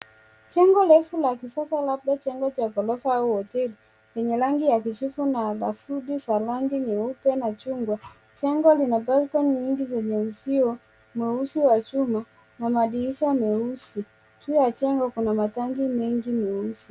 Jengo refu la kisasa labda jengo la ghorofa au hoteli lenye rangi ya kijivu na lafudhi za rangi nyeupe na chungwa. Jengo lina balcony nyingi zenye uzio mweusi wa chuma na madirisha meusi. Juu ya jengo kuna matangi mengi meusi.